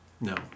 No